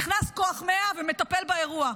נכנס כוח 100 ומטפל באירוע.